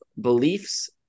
beliefs